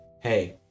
Hey